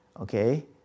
okay